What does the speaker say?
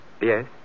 Yes